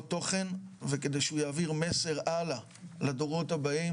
תוכן וכדי שהוא יעביר מסר הלאה לדורות הבאים,